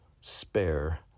spare